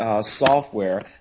Software